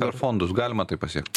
per fondus galima tai pasiekt